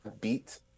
beat